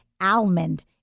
almond